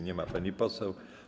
Nie ma pani poseł.